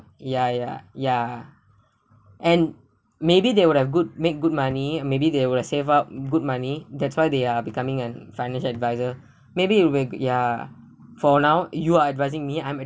ya ya ya and maybe they will have good make good money maybe they will save up good money that's why they are becoming an financial advisor maybe you were ya for now you are advising me I'm